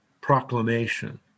proclamation